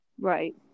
Right